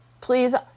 Please